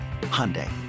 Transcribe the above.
Hyundai